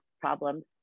problems